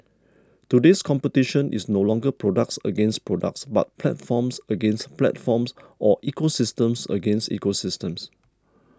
today's competition is no longer products against products but platforms against platforms or ecosystems against ecosystems